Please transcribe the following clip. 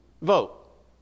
vote